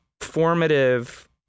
formative